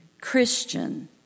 Christian